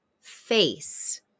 face